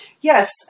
Yes